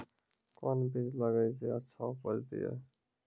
कोंन बीज लगैय जे अच्छा उपज दिये?